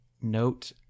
Note